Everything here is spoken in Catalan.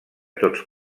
tots